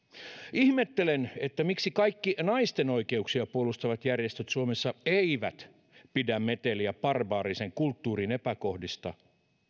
ihmettelen miksi kaikki naisten oikeuksia puolustavat järjestöt suomessa eivät pidä meteliä barbaarisen kulttuurin epäkohdista